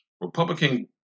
Republican